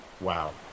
Wow